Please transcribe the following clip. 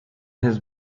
his